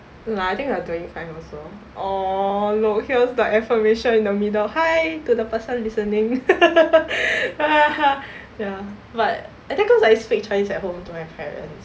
no lah I think you are doing fine also !aww! look here's the affirmation in the middle hi to the person listening ya but I think cause I speak chinese at home to my parents